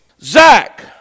Zach